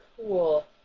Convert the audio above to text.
cool